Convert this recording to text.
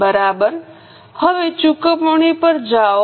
બરાબર હવે ચુકવણી પર જાઓ